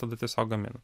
tada tiesiog gamina